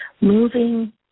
moving